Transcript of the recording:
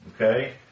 Okay